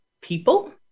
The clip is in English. people